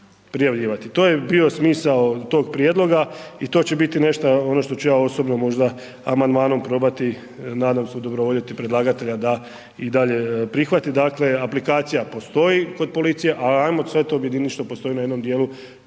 To je bio smisao tog prijedloga i to će biti nešta ono šta ću ja osobno možda amandmanom probati nadam se udobrovoljiti predlagatelja da i dalje prihvati. Dakle, aplikacija postoji kod policije, ali ajmo sve to objedinit što postoji na jednom dijelu,